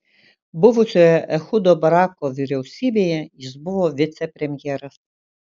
buvusioje ehudo barako vyriausybėje jis buvo vicepremjeras